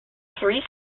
three